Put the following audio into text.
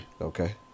Okay